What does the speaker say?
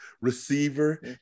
receiver